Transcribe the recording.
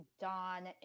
don